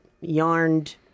yarned